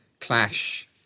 clash